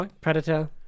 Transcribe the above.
Predator